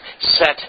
set